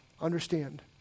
understand